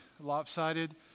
lopsided